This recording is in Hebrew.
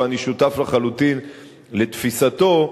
ואני שותף לחלוטין לתפיסתו,